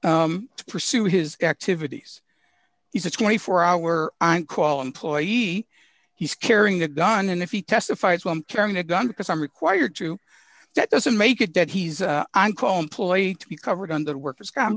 to pursue his activities he's a twenty four hour i call employee he's carrying a gun and if he testifies one carrying a gun because i'm required to that doesn't make it that he's on call employee to be covered under workers comp